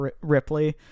Ripley